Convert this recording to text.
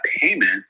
payment